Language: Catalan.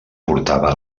portava